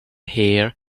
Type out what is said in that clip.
hair